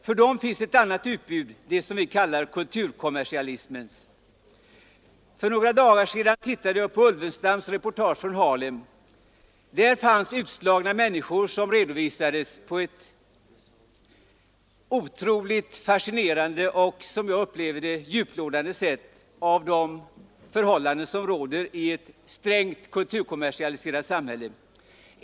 För dem finns ett annat utbud — det som vi kallar kulturkommersialismens. För några dagar sedan såg jag Lars Ulvenstams reportage från Harlem. Där fanns utslagna människor som redovisades på ett otroligt fascinerande och, som jag upplever det, djuplodande sätt när det gäller de förhållanden som råder i ett strängt kulturkommersialiserat samhälle.